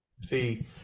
See